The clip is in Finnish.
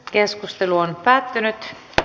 keskustelu päättyi